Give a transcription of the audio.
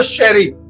Sherry